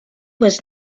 was